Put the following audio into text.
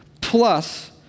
plus